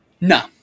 No